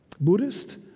Buddhist